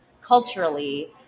culturally